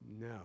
No